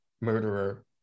murderer